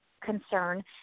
concern